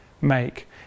make